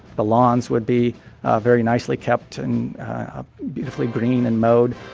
the lawns would be very nicely kept and beautifully green and mowed.